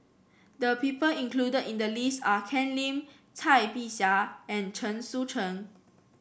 the people included in the list are Ken Lim Cai Bixia and Chen Sucheng